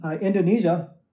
Indonesia